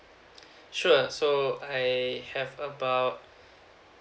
sure so I have about